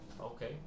Okay